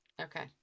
Okay